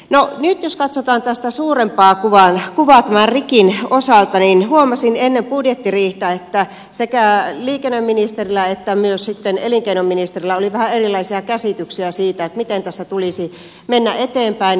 no nyt jos katsotaan suurempaa kuvaa tämän rikin osalta niin huomasin ennen budjettiriihtä että sekä liikenneministerillä että myös sitten elinkeinoministerillä oli vähän erilaisia käsityksiä siitä miten tässä tulisi mennä eteenpäin